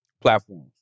platforms